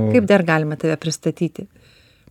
kaip dar galima tave pristatyti